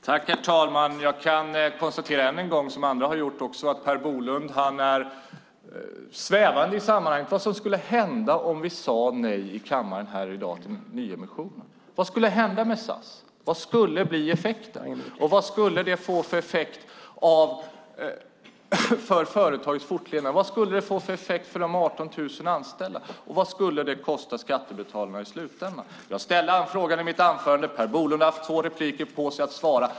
Herr talman! Jag kan än en gång konstatera, som andra också har gjort, att Per Bolund är svävande om vad som skulle hända om vi sade nej här i kammaren i dag till nyemissionen. Vad skulle hända med SAS? Vad skulle det få för effekt för företagets fortlevnad och för de 18 000 anställda, och vad skulle det kosta skattebetalarna i slutändan? Jag ställde den frågan i mitt anförande. Per Bolund har haft två repliker på sig att svara.